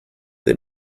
they